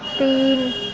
تین